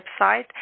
website